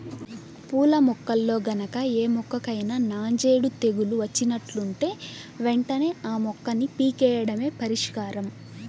పూల మొక్కల్లో గనక ఏ మొక్కకైనా నాంజేడు తెగులు వచ్చినట్లుంటే వెంటనే ఆ మొక్కని పీకెయ్యడమే పరిష్కారం